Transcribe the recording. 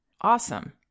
Awesome